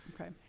Okay